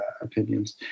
Opinions